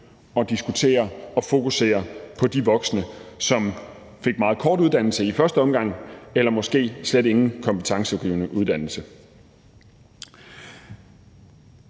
at diskutere og fokusere på de voksne, som fik meget kort uddannelse i første omgang eller måske slet ingen kompetencegivende uddannelse.